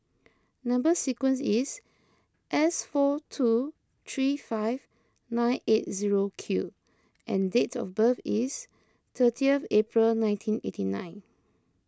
Number Sequence is S four two three five nine eight zero Q and dates of birth is thirtieth April nineteen eighty nine